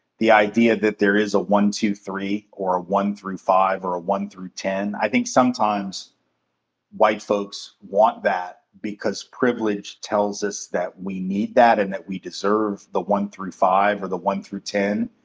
idea that there is a one, two, three, or a one through five, or a one through ten. i think sometimes white folks want that because privilege tells us that we need that, and that we deserve the one through five, or the one through ten.